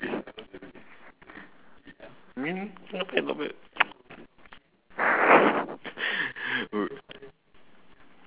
mm not bad not bad